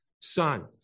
Son